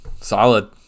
Solid